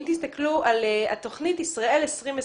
אם תסתכלו על התוכנית "ישראל 2020",